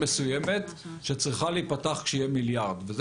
מסוים שאמורה להיפתח כשיהיה מיליארד שקל.